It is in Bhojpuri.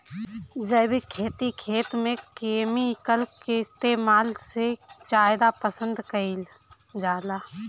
जैविक खेती खेत में केमिकल इस्तेमाल से ज्यादा पसंद कईल जाला